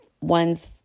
ones